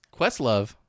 Questlove